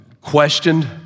questioned